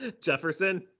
Jefferson